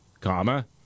comma